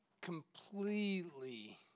completely